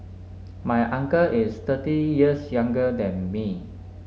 my uncle is thirty years younger than me